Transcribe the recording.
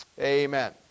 Amen